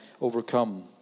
overcome